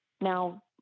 now